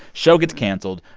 show gets canceled.